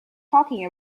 talking